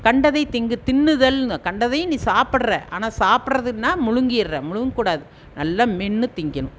கண்டதை தின்கு தின்னுதலெனு கண்டதையும் நீ சாப்பிட்ற ஆனால் சாப்பிட்றதுன்னா விழுங்கியிர்ற விழுங்கூடாது நல்லா மென்று தின்கணும்